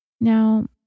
Now